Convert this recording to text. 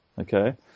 Okay